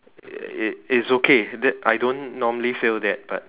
it it it it's okay that I don't normally fail that but